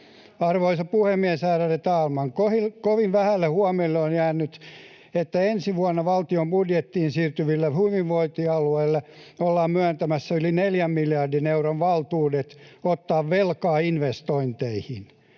Arvoisa puhemies, ärade talman! Kovin vähälle huomiolle on jäänyt, että ensi vuonna valtion budjettiin siirtyville hyvinvointialueille ollaan myöntämässä yli neljän miljardin euron valtuudet ottaa velkaa investointeihin,